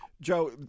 Joe